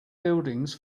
buildings